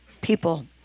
people